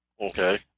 Okay